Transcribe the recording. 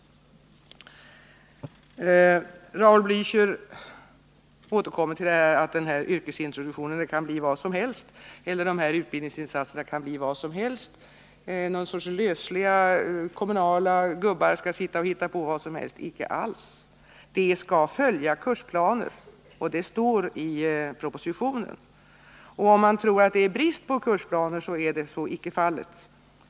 Raul Blächer återkommer till att de här utbildningsinsatserna kan bli vad som helst. Någon sorts lösliga kommunala gubbar skall sitta och hitta på vad som helst, menar han. Icke alls. De skall följa kursplaner, och det står i propositionen. Om någon tror att det är brist på kursplaner så kan jag tala om att så icke är fallet.